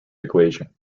equation